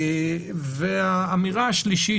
והאמירה השלישית,